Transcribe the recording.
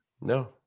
no